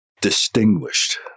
distinguished